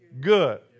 good